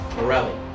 Morelli